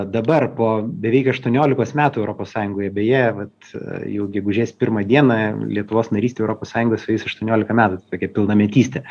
dabar po beveik aštuoniolikos metų europos sąjungoje beje vat jau gegužės pirmą dieną lietuvos narystė europos sąjungoj sueis aštuoniolika metų tokia pilnametystė